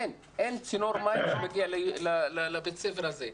אין צינור מים שמגיע לבית הספר הזה.